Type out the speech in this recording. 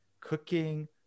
cooking